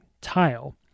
tile